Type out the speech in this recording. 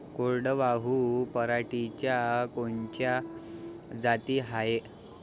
कोरडवाहू पराटीच्या कोनच्या जाती हाये?